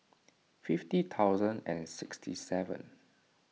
fifty thousand and sixty seven